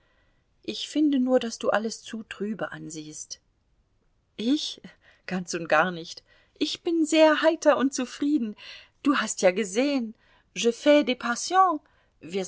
ich finde nur daß du alles zu trübe ansiehst ich ganz und gar nicht ich bin sehr heiter und zufrieden du hast ja gesehen